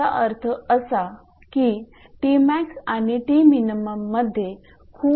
याचा अर्थ असा की 𝑇𝑚𝑎𝑥 आणि 𝑇𝑚𝑖𝑛 मध्ये खूप फरक नाही